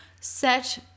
set